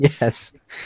Yes